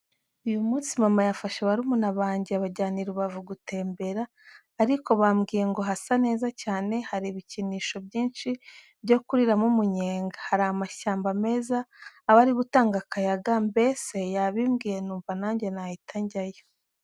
Uyu munsi mama yafashe barumuna bange abajyana i Rubavu gutembera, ariko bambwiye ngo hasa neza cyane, hari ibikinisho byinshi byo kuriramo umunyega, hari amashyamba meza, aba ari gutanga akayaga, mbese yabimbwiye numva nange nahita njyayo.